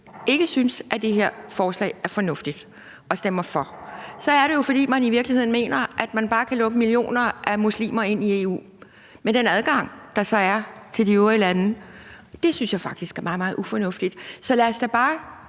ikke synes, at det her forslag er fornuftigt, og ikke stemmer for det, er det jo, fordi man i virkeligheden mener, at man bare kan lukke millioner af muslimer ind i EU med den adgang, der så er til de øvrige lande. Det synes jeg faktisk er meget, meget ufornuftigt. Så lad os da bare